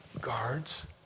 guards